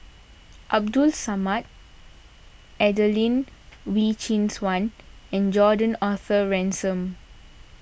Abdul Samad Adelene Wee Chin Suan and Gordon Arthur Ransome